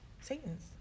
Satan's